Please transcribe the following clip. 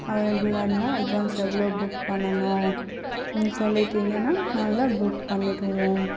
அவைலபிளாக இருந்தால் அட்வான்ஸ் எவ்வளோ புக் பண்ணணும் சொல்லிவிட்டிங்கன்னா நாங்கள் புக் பண்ணிவிடுவோம்